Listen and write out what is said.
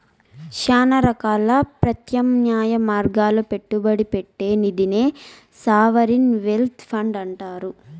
శానా రకాల ప్రత్యామ్నాయ మార్గాల్ల పెట్టుబడి పెట్టే నిదినే సావరిన్ వెల్త్ ఫండ్ అంటుండారు